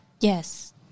Yes